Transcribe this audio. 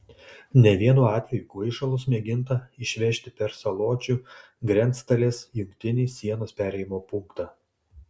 ne vienu atveju kvaišalus mėginta išvežti per saločių grenctalės jungtinį sienos perėjimo punktą